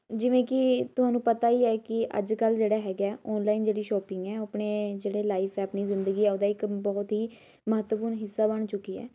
ਜਿਵੇਂ ਕਿ ਤੁਹਾਨੂੰ ਪਤਾ ਹੀ ਹੈ ਕਿ ਅੱਜ ਕੱਲ੍ਹ ਜਿਹੜਾ ਹੈਗਾ ਔਨਲਾਈਨ ਜਿਹੜੀ ਸ਼ੌਪਿੰਗ ਹੈ ਉਹ ਆਪਣੇ ਜਿਹੜੇ ਲਾਈਫ ਹੈ ਆਪਣੀ ਜ਼ਿੰਦਗੀ ਆ ਉਹਦਾ ਇੱਕ ਬਹੁਤ ਹੀ ਮਹੱਤਵਪੂਰਨ ਹਿੱਸਾ ਬਣ ਚੁੱਕੀ ਹੈ